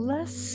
Less